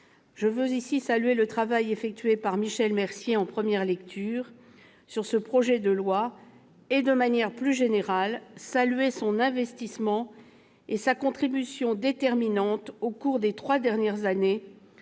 de la commission, le travail effectué par Michel Mercier en première lecture sur ce projet de loi et, de manière plus générale, saluer son investissement et sa contribution déterminante, au cours des trois dernières années,